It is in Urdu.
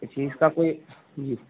اچھا اس کا کوئی جی